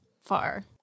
far